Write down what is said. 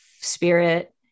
spirit